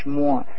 more